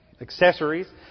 accessories